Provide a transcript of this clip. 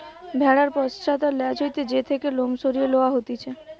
ভেড়ার পশ্চাৎ আর ল্যাজ হইতে যে থেকে লোম সরিয়ে লওয়া হতিছে